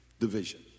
Division